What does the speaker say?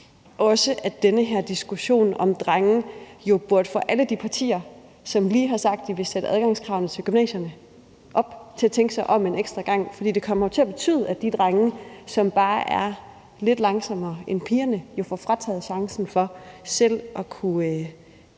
også, at den her diskussion om drenge burde få alle de partier, som lige har sagt, at de vil sætte adgangskravene til gymnasierne op, til at tænke sig om en ekstra gang. For det kommer jo til at betyde, at de drenge, som bare er lidt langsommere end pigerne, får frataget chancen for selv at kunne